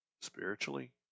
spiritually